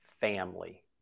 family